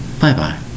Bye-bye